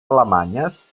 alemanyes